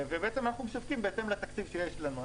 ואנחנו משווקים בהתאם לתקציב שיש לנו.